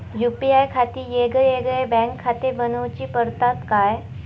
UPI खातीर येगयेगळे बँकखाते बनऊची पडतात काय?